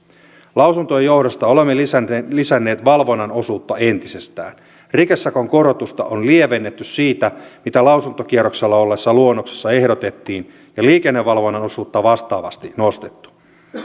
lausuntojen johdosta olemme lisänneet lisänneet valvonnan osuutta entisestään rikesakon korotusta on lievennetty siitä mitä lausuntokierroksella olleessa luonnoksessa ehdotettiin ja liikennevalvonnan osuutta vastaavasti nostettu